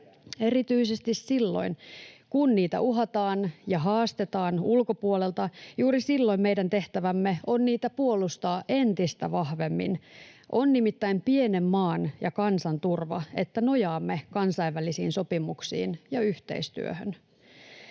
Erityisesti silloin, kun niitä uhataan ja haastetaan ulkopuolelta, juuri silloin meidän tehtävämme on niitä puolustaa entistä vahvemmin. On nimittäin pienen maan ja kansan turva, että nojaamme kansainvälisiin sopimuksiin ja yhteistyöhön.